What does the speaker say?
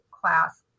class